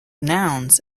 nouns